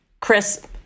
Chris